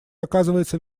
оказывается